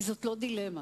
כי זאת לא דילמה.